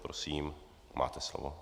Prosím, máte slovo.